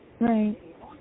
Right